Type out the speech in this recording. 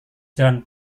jalan